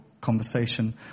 conversation